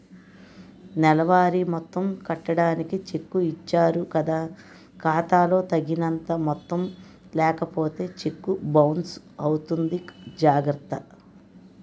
నెలవారీ మొత్తం కట్టడానికి చెక్కు ఇచ్చారు కదా ఖాతా లో తగినంత మొత్తం లేకపోతే చెక్కు బౌన్సు అవుతుంది జాగర్త